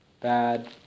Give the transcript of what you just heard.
bad